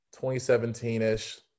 2017-ish